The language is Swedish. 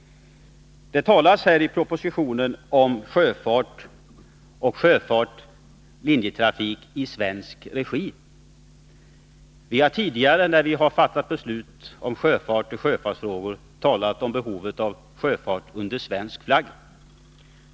Det talas i propositionen om sjöfart och linjetrafik i svensk regi. Vi har tidigare, när vi har fattat beslut om sjöfartsfrågor, talat om behovet av sjöfart under svensk flagg.